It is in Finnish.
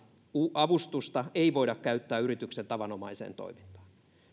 avustusta ei voida käyttää yrityksen tavanomaiseen toimintaan